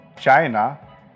China